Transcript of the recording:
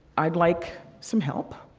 i'd like some help